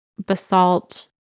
basalt